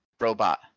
robot